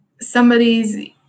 somebody's